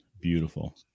Beautiful